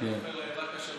אני אוכל רק כשר בפסח.